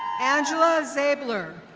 angela zabler.